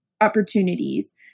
opportunities